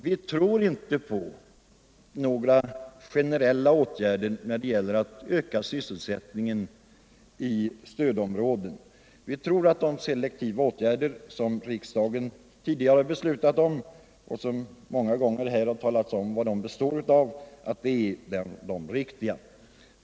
Vi tror inte på några generella åtgärder när det gäller att öka sysselsättningen i stödområdena. Vi tror att de selektiva åtgärder som riksdagen tidigare har beslutat om är de riktiga åtgärderna.